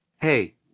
hey